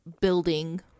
building